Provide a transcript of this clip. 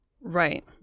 Right